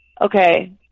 Okay